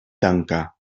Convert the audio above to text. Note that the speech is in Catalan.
tanca